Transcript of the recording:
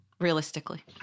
realistically